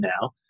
now